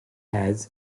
has